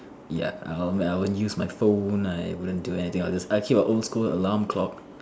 ya I will I won't use my phone I wouldn't do anything I will just I keep an old school alarm clock